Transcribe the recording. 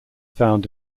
found